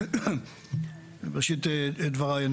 ראשית דבריי,